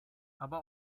aber